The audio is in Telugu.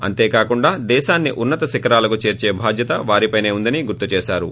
అంతేకాకుండా దేశాన్ని ఉన్నత శిఖరాలకు చేర్చే బాధ్యత వారిపైసే ఉందని గుర్తు చేశారు